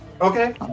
Okay